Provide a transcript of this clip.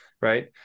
Right